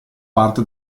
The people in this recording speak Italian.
parte